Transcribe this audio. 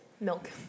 Milk